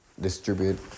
distribute